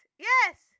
Yes